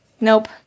Nope